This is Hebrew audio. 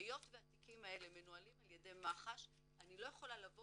היות והתיקים מנוהלים על ידי מח"ש אני לא יכולה לבוא